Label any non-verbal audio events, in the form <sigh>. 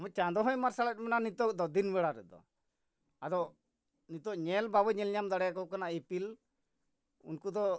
<unintelligible> ᱪᱟᱸᱫᱚ ᱦᱚᱭ ᱢᱟᱨᱥᱟᱞᱮᱜ ᱵᱚᱱᱟ ᱱᱤᱛᱚᱜ ᱫᱚ ᱫᱤᱱ ᱵᱮᱲᱟ ᱨᱮᱫᱚ ᱟᱫᱚ ᱱᱤᱛᱚᱜ ᱧᱮᱞ ᱵᱟᱵᱚ ᱧᱮᱞ ᱧᱟᱢ ᱫᱟᱲᱮ ᱟᱠᱚ ᱠᱟᱱᱟ ᱤᱯᱤᱞ ᱩᱱᱠᱩ ᱫᱚ